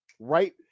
Right